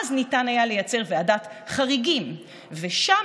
ואז ניתן היה לייצר ועדת חריגים ושם